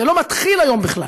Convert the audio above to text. זה לא מתחיל היום בכלל.